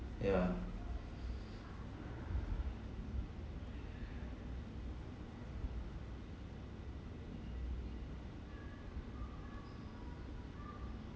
yeah